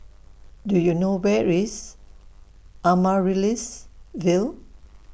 Do YOU know Where IS Amaryllis Ville